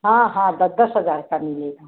हाँ हाँ दस दस हज़ार का मिलेगा